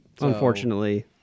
unfortunately